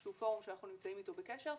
שהוא פורום שאנחנו נמצאים איתו בקשר,